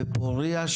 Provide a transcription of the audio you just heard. בפורייה,